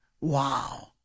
Wow